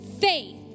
faith